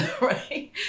Right